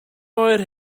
oer